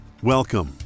Welcome